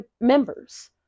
members